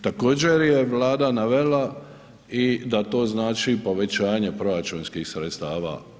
Također je Vlada navela da to znači povećanje proračunskih sredstava.